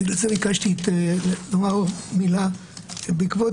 ובגלל זה ביקשתי לומר עוד מילה בעקבות